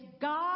God